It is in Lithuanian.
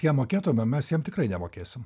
jam mokėtume mes jam tikrai nemokėsim